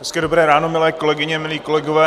Hezké dobré ráno, milé kolegyně, milí kolegové.